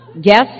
Guess